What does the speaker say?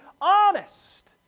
honest